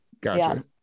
gotcha